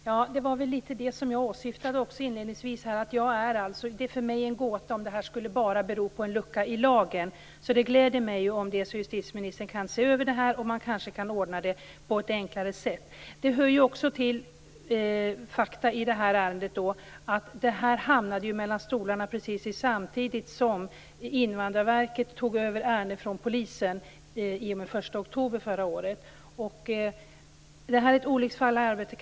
Herr talman! Det var det som jag åsyftade inledningsvis. Det är för mig en gåta att det här bara skulle bero på en lucka i lagen. Det gläder mig att justitieministern skall se över detta och kanske ordna det på ett enklare sätt. Det hör ju också till fakta i det här ärendet att det hamnade mellan stolarna precis samtidigt som Invandrarverket tog över ärenden från polisen den Det här är kanske ett olycksfall i arbetet.